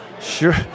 sure